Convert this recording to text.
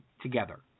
together